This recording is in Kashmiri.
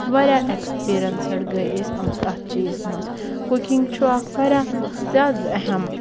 واریاہ ایٚکسپیٖریَنسڈ گٔے أسۍ اتھ چیٖزَس مَنٛز کُکِنٛگ چھُ اکھ واریاہ زیادٕ اہم